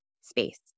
space